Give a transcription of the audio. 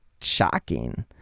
shocking